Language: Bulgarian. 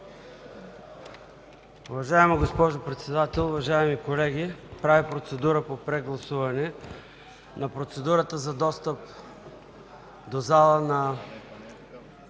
Уважаема госпожо Председател, уважаеми колеги! Правя процедура по прегласуване на процедурата за достъп до залата